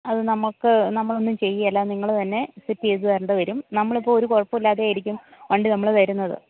അത് നമുക്ക് നമ്മൾ ഒന്നും ചെയ്യുകയില്ല നിങ്ങൾ തന്നെ സെറ്റ് ചെയ്ത് തരേണ്ടി വരും നമ്മൾ ഇപ്പോൾ ഒരു കുഴപ്പവും ഇല്ലാതെയായിരിക്കും വണ്ടി നമ്മൾ തരുന്നത്